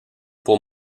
pour